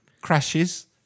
crashes